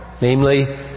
namely